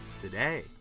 today